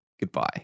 goodbye